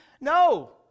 No